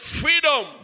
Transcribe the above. freedom